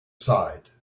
side